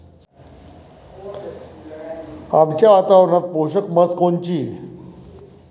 आमच्या वातावरनात पोषक म्हस कोनची?